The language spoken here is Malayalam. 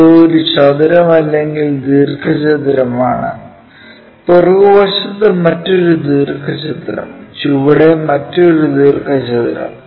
ഇത് ഒരു ചതുരം അല്ലെങ്കിൽ ദീർഘചതുരം ആണ് പുറകുവശത്ത് മറ്റൊരു ദീർഘചതുരം ചുവടെ മറ്റൊരു ദീർഘചതുരം